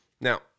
Now